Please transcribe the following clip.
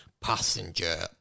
passenger